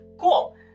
Cool